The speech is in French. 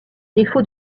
défaut